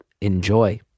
enjoy